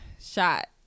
shot